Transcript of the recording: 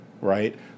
right